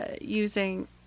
using